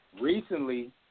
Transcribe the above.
Recently